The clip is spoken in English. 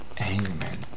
Amen